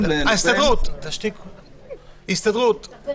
ההסתייגות השלישית בעניין הזה היא התיקון